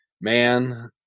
Man